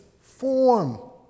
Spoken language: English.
form